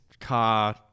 Car